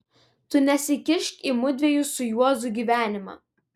tu nesikišk į mudviejų su juozu gyvenimą